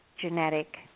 genetic